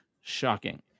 shocking